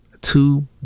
two